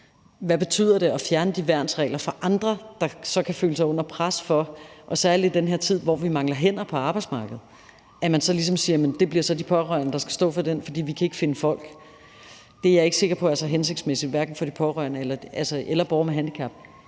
vil betyde at fjerne de værnsregler fra nogle, der så kan føle sig under pres, særlig i den her tid, hvor vi mangler hænder på arbejdsmarkedet, og for, at man så ligesom siger: Det bliver så de pårørende, der skal stå for det, for vi kan ikke finde folk. Det er jeg ikke sikker på er så hensigtsmæssigt, hverken for de pårørende eller borgere med handicap,